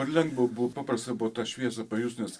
ar lengva buvo paprasta buvo tą šviesą pajust nes